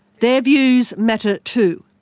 their views matter too.